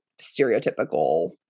stereotypical